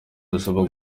bisaba